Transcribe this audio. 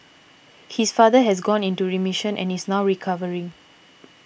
his father has gone into remission and is now recovering